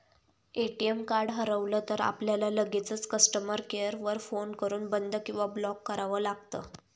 ATM card हरवलं तर, आपल्याला लगेचच कस्टमर केअर वर फोन करून बंद किंवा ब्लॉक करावं लागतं